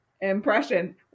impression